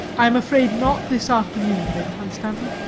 i am afraid not this afternoon, lady hunstanton.